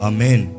Amen